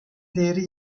değeri